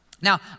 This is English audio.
Now